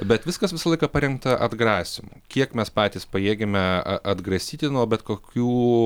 bet viskas visą laiką paremta atgrasymu kiek mes patys pajėgiame a atgrasyti nuo bet kokių